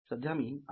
सध्या मी आय